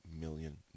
million